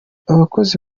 abakozi